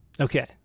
Okay